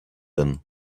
them